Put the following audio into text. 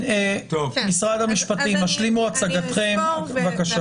משרד המשפטים, השלימו הצגתכם, בבקשה.